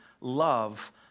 love